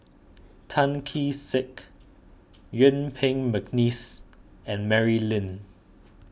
Tan Kee Sek Yuen Peng McNeice and Mary Lim